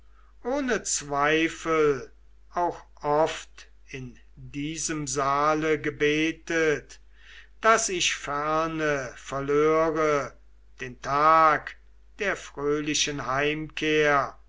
ohne zweifel auch oft in diesem saale gebetet daß ich ferne verlöre den tag der fröhlichen heimkehr